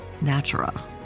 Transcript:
Natura